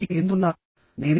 నేను ఇక్కడ ఎందుకు ఉన్నాను